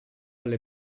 alle